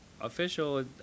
official